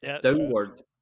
Downward